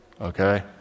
Okay